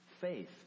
faith